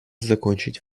закончить